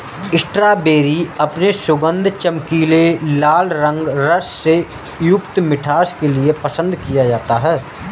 strawberry अपने सुगंध, चमकीले लाल रंग, रस से युक्त मिठास के लिए पसंद किया जाता है